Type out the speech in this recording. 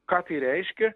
ką tai reiškia